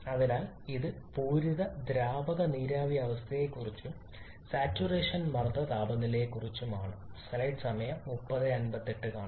അതിനാൽ ഇത് പൂരിത ദ്രാവക നീരാവി അവസ്ഥയെക്കുറിച്ചും സാച്ചുറേഷൻ മർദ്ദ താപനിലയെക്കുറിച്ചും ഉള്ളതാണ്